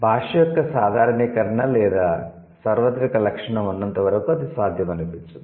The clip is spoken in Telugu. భాష యొక్క సాధారణీకరణ లేదా సార్వత్రిక లక్షణం ఉన్నంతవరకు అది సాధ్యం అనిపించదు